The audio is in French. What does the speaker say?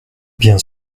bien